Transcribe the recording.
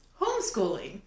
homeschooling